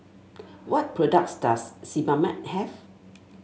what products does Sebamed have